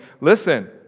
listen